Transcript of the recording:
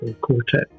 quartet